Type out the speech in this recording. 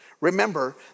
remember